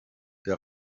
der